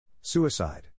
Suicide